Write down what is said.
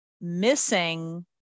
missing